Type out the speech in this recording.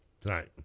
tonight